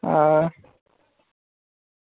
हां